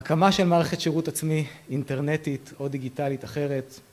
הקמה של מערכת שירות עצמי אינטרנטית או דיגיטלית אחרת